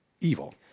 evil